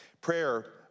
Prayer